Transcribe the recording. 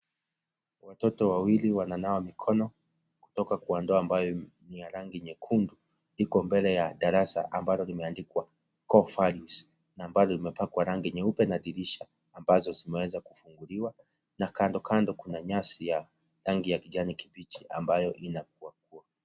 Watoto wawili wana nawa mikono, kutoka kwa rangi ambayo ina rangi nyekundu iko mbele ya darasa ambayo imeandikwa core values na pale imepakwa rangi nyeupe na dirisha ambazo zimeweza kufunguliwa, na kando kando kuna nyasi ya rangi ya kijani kimbichi ambayo inakua kua.